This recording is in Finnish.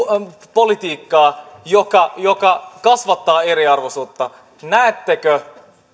politiikkaa joka joka kasvattaa eriarvoisuutta näettekö